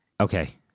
Okay